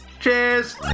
Cheers